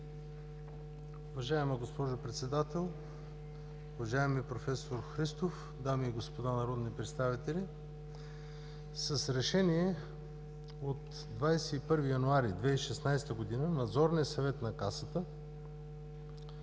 Уважаема госпожо Председател, уважаеми проф. Христов, дами и господа народни представители! С Решение от 21 януари 2016 г. Надзорният съвет на Касата